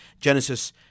Genesis